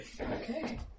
Okay